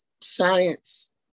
science